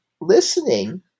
listening